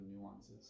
nuances